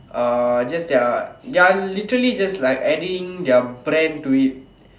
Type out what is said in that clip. uh just their they're literally just like adding their brand to it